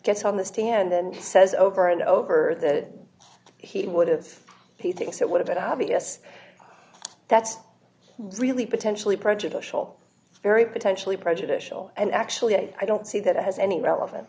gets on the stand and says over and over that he would have the things that would have it obvious that's really potentially prejudicial very potentially prejudicial and actually i don't see that it has any relevan